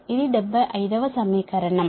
ఇది 75 వ సమీకరణం